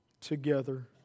together